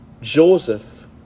Joseph